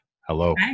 Hello